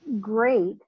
great